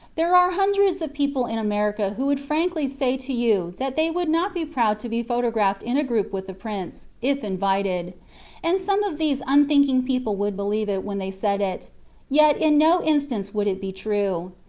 there are hundreds of people in america who would frankly say to you that they would not be proud to be photographed in a group with the prince, if invited and some of these unthinking people would believe it when they said it yet in no instance would it be true.